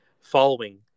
following